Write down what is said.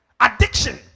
Addiction